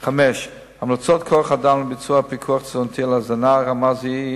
5. המלצות כוח-אדם לביצוע פיקוח תזונתי על הזנה,